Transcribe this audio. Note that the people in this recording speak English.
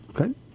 Okay